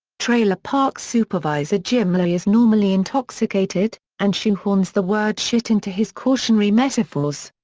trailer park supervisor jim lahey is normally intoxicated, and shoehorns the word shit into his cautionary metaphors.